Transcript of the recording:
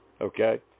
Okay